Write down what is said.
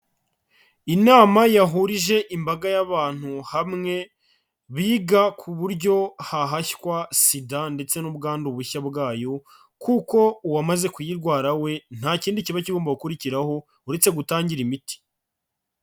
Inama yahurije imbaga y'abantu hamwe, biga ku buryo hahashywa SIDA ndetse n'ubwandu bushya bwayo kuko uwamaze kuyirwara we nta kindi kiba kigomba gukurikiraho uretse gutangira imiti.